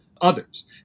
others